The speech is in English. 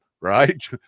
Right